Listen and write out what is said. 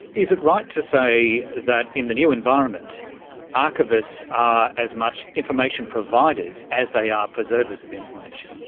is it right to say that in the new environment archivists are as much information providers as they are preservers of information?